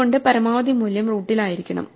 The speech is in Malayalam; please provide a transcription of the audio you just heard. അതുകൊണ്ടു പരമാവധി മൂല്യം റൂട്ടിൽ ആയിരിക്കണം